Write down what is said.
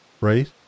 right